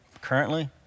Currently